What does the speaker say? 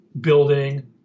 building